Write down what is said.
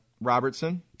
Robertson